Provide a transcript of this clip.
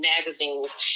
magazines